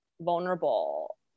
vulnerable